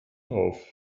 auf